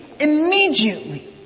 immediately